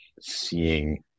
seeing